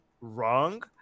wrong